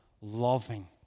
loving